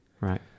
Right